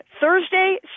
Thursday